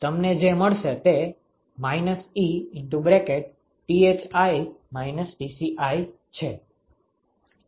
તો તમને જે મળશે તે Thi - Tciછે